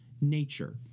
nature